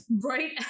Right